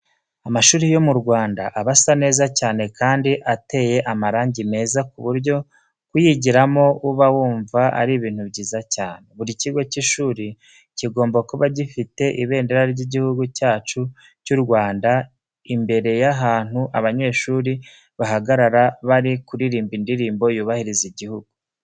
Amashuri yo mu Rwanda aba asa neza cyane kandi ateye amarangi meza ku buryo kuyigiramo uba wumva ari ibintu byiza cyane. Buri kigo cy'ishuri kigomba kuba gifite ibendera ry'Igihugu cyacu cy'u Rwanda imbere y'ahantu abanyeshuri bahagarara bari kuririmba indirimbo yubahiriza igihugu.